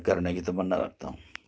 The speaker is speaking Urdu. کرنے کی تمنا رکھتا ہوں